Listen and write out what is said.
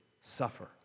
suffer